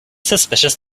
suspicious